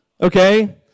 Okay